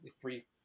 three